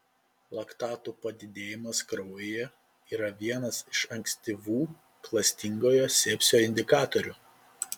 laktatų padidėjimas kraujyje yra vienas iš ankstyvų klastingojo sepsio indikatorių